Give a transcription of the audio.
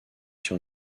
sur